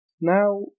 Now